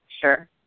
Sure